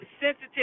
sensitive